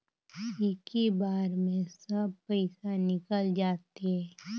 इक्की बार मे सब पइसा निकल जाते?